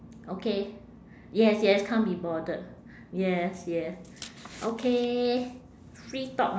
okay yes yes can't be bothered yes yes okay free talk